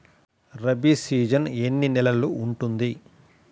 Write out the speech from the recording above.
Rabi season ఎన్ని నెలలు ఉంటుంది?